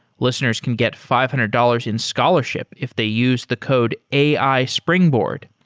listeners can get five hundred dollars in scholarship if they use the code ai springboard.